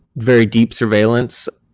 very deep surveillance.